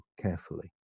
carefully